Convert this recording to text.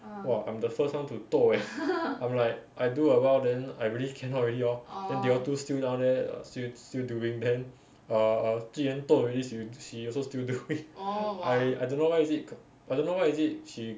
!wah! I'm the first [one] to toh eh I'm like I do a while then I really cannot already lor then they all two still down there err still still doing then err err jun yuan toh already she she also still doing I I don't know why is it I don't know what is it she